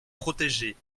protéger